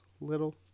little